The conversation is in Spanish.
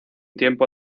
tiempo